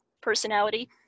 personality